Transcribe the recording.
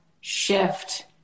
shift